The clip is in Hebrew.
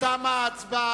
אחמד טיבי,